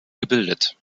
gebildet